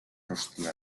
rostir